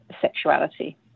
sexuality